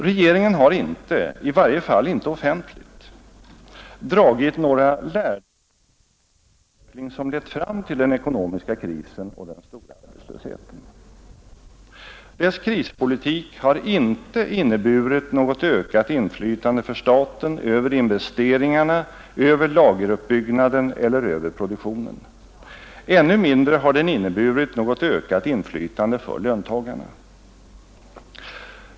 Regeringen har inte — i varje fall inte offentligt — dragit några lärdomar av den utveckling som lett fram till den ekonomiska krisen och den stora arbetslösheten. Dess krispolitik har inte inneburit något ökat inflytande för staten över investeringarna, över lageruppbyggnaden eller över produktionen. Ännu mindre har den inneburit något ökat inflytande för löntagarna.